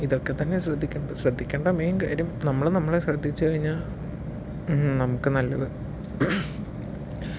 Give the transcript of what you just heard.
ഇതൊക്കെ തന്നെ ശ്രദ്ധിക്കേണ്ടത് ശ്രദ്ധിക്കേണ്ട മെയിൻ കാര്യം നമ്മള് നമ്മളെ ശ്രദ്ധിച്ച് കഴിഞ്ഞാൽ നമുക്ക് നല്ലത്